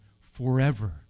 forever